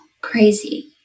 crazy